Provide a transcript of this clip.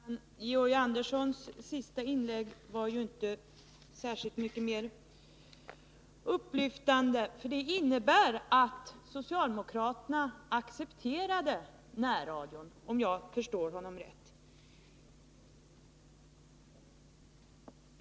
Nr 28 Herr talman! Georg Anderssons senaste inlägg var inte mycket mer Onsdagen den upplyftande, för det innebär att socialdemokraterna accepterar närradion, 19 november 1980 om jag förstår Georg Andersson rätt.